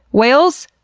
whales?